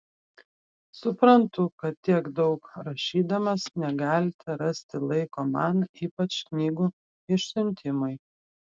suprantu kad tiek daug rašydamas negalite rasti laiko man ypač knygų išsiuntimui